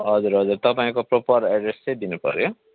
हजुर हजुर तपाईँको एड्रेस चाहिँ दिनुपऱ्यो